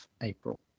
April